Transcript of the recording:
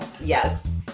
Yes